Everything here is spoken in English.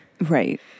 Right